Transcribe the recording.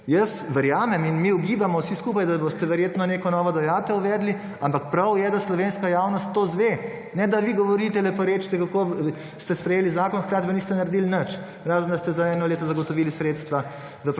Jaz verjamem in mi ugibamo vsi skupaj, da boste verjetno neko novo dajeatev uvedli. Ampak prav je, da slovenska javnost to izve. Ne da vi govorite, leporečite kako ste sprejeli zakon, hkrati pa niste naredili nič. Razen da ste za eno leto zagotovili sredstva